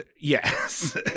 Yes